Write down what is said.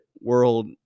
world